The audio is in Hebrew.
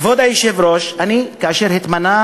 כבוד היושב-ראש, כאשר התמנה